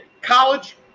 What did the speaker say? college